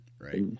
Right